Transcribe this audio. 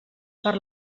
per